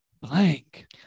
blank